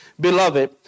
Beloved